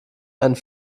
einen